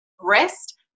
rest